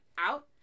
out